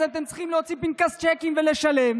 אז אתם צריכים להוציא פנקס צ'קים ולשלם.